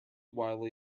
wildly